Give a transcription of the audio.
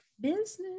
business